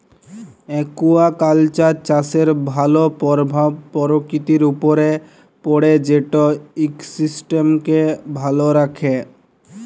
aquaculture চাষের ভালো পরভাব পরকিতির উপরে পড়ে যেট ইকসিস্টেমকে ভালো রাখ্যে